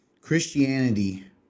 Christianity